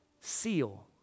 seal